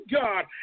God